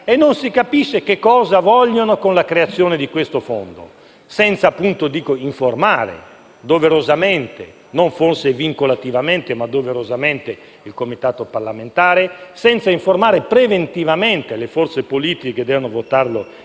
e non si capisce che cosa vogliono con la creazione di questo fondo, senza appunto informare non forse vincolativamente, ma doverosamente il Comitato parlamentare e senza informare preventivamente le forze politiche che devono votarlo in Parlamento.